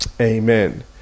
Amen